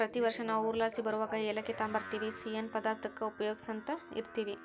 ಪ್ರತಿ ವರ್ಷ ನಾವು ಊರ್ಲಾಸಿ ಬರುವಗ ಏಲಕ್ಕಿ ತಾಂಬರ್ತಿವಿ, ಸಿಯ್ಯನ್ ಪದಾರ್ತುಕ್ಕ ಉಪಯೋಗ್ಸ್ಯಂತ ಇರ್ತೀವಿ